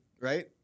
right